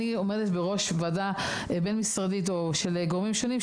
אני עומדת בראש ועדה בין-משרדית של גורמים שונים,